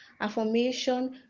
Affirmation